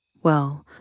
well,